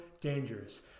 dangerous